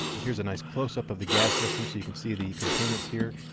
here's a nice closeup of the gas system so you can see the components here.